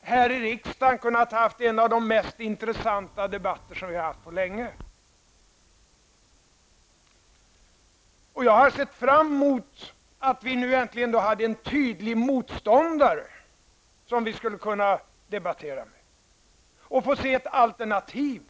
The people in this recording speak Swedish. här i riksdagen ha en fört av de mest intressanta debatterna på länge. Jag har sett fram emot detta, eftersom vi äntligen har fått en tydlig motståndare som vi skulle kunna debattera med för att få se ett alternativ.